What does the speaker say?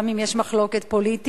גם אם יש מחלוקת פוליטית